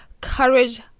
Courage